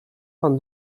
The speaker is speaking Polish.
pan